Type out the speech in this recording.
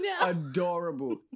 adorable